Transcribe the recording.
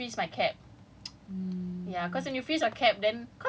which is why I want to do exchange to freeze my C_A_P